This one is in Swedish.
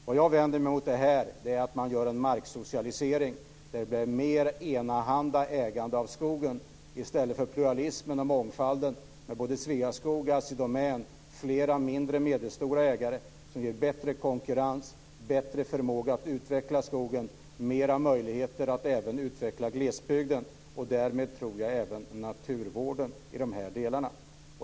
Vad jag vänder mig emot i detta är att man gör en marksocialisering där det blir ett mer enahanda ägande av skogen i stället för pluralismen och mångfalden med både Sveaskog och Assi Domän. Flera mindre och medelstora ägare ger bättre konkurrens, bättre förmåga att utveckla skogen samt mer möjligheter att även utveckla glesbygden och därmed, tror jag, även naturvården i de här delarna.